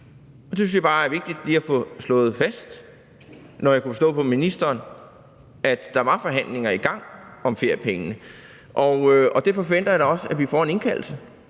var vigtigt lige at få slået fast, når jeg kunne forstå på ministeren, at der var forhandlinger i gang om feriepengene. Derfor forventer jeg da også, at vi får en indkaldelse,